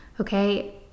okay